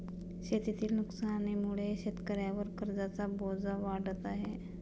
शेतीतील नुकसानीमुळे शेतकऱ्यांवर कर्जाचा बोजा वाढत आहे